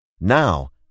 Now